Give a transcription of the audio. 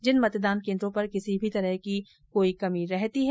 जिन मतदान केंद्रों पर किसी भी तरह की कोई कमी रहती है